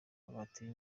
batiri